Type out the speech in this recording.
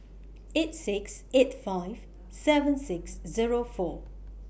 eight six eight five seven six Zero four